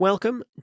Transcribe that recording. Welcome